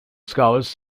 scholars